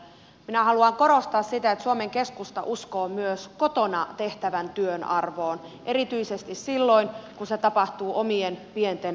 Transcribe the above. minä haluan korostaa sitä että suomen keskusta uskoo myös kotona tehtävän työn arvoon erityisesti silloin kun se tapahtuu omien pienten lasten parissa